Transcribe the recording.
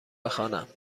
بخوانم